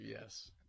yes